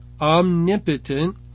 omnipotent